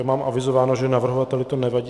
Mám avizováno, že navrhovateli to nevadí.